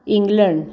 England